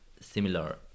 similar